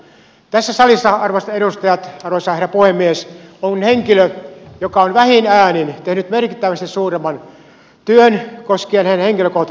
tässä salissa arvoisat edustajat arvoisa herra puhemies on henkilö joka on vähin äänin tehnyt merkittävästi suuremman työn koskien henkilökohtaista palkkaansa